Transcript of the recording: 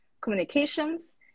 communications